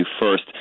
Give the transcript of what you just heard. first